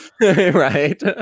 right